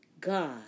God